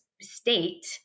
state